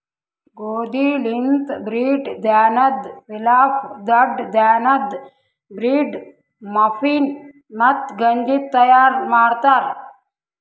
ಗೋದಿ ಲಿಂತ್ ಬ್ರೀಡ್, ಧಾನ್ಯದ್ ಪಿಲಾಫ್, ದೊಡ್ಡ ಧಾನ್ಯದ್ ಬ್ರೀಡ್, ಮಫಿನ್, ಮತ್ತ ಗಂಜಿ ತೈಯಾರ್ ಮಾಡ್ತಾರ್